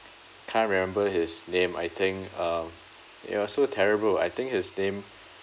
can't remember his name I think uh it was so terrible I think his name